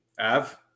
Av